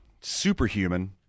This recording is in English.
superhuman